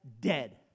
dead